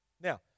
Now